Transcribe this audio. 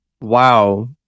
Wow